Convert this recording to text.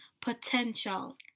potential